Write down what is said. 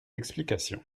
explications